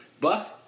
Buck